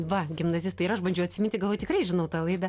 va gimnazistai ir aš bandžiau atsiminti galvoju tikrai žinau tą laidą